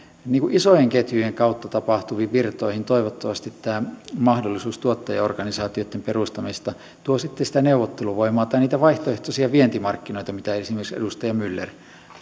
isojen ketjujen kautta tapahtuviin virtoihin toivottavasti tämä mahdollisuus tuottajaorganisaatioitten perustamisesta tuo sitten sitä neuvotteluvoimaa tai niitä vaihtoehtoisia vientimarkkinoita mitä esimerkiksi edustaja myller